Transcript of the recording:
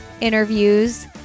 interviews